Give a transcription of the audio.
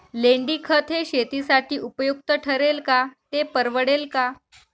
लेंडीखत हे शेतीसाठी उपयुक्त ठरेल का, ते परवडेल का?